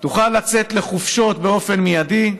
תוכל לצאת לחופשות באופן מיידי,